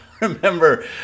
Remember